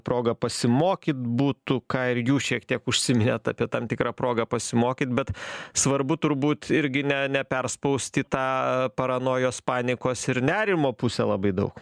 proga pasimokyt būtų ką ir jūs šiek tiek užsiminėt apie tam tikrą progą pasimokyt bet svarbu turbūt irgi ne neperspaust į tą paranojos panikos ir nerimo pusę labai daug